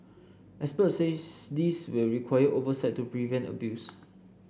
experts say this will require oversight to prevent abuse